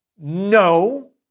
No